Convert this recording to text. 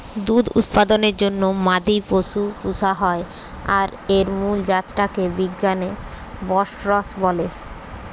দুধ উৎপাদনের জন্যে মাদি পশু পুশা হয় আর এর মুল জাত টা কে বিজ্ঞানে বস্টরস বলে